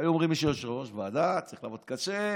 היו אומרים שיושב-ראש ועדה צריך לעבוד קשה.